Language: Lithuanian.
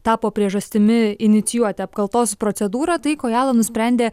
tapo priežastimi inicijuoti apkaltos procedūrą tai kojala nusprendė